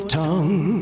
tongue